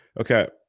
Okay